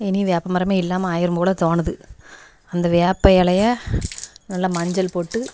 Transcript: இனி வேப்ப மரமே இல்லாமல் ஆகிரும் போல் தோணுது அந்த வேப்ப இலைய நல்லா மஞ்சள் போட்டு